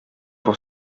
pour